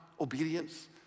obedience